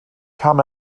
kam